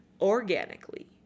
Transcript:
organically